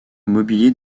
mobilier